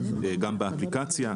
גם באפליקציה.